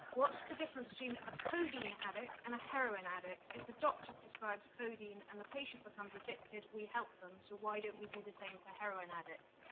what's the difference between a codeine addict and a heroin addict? if the doctor prescribes codeine, and the patient becomes addicted, we help them. so why don't we do the same for heroin addicts?